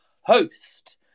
host